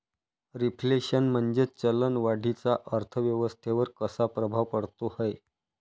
Reflation म्हणजे चलन वाढीचा अर्थव्यवस्थेवर कसा प्रभाव पडतो है?